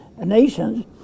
Nations